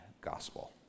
gospel